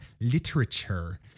literature